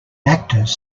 actors